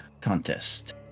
contest